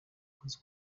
ukunze